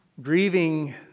grieving